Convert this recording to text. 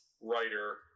writer